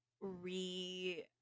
re